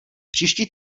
příští